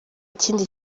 kindi